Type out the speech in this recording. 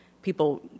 people